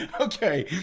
Okay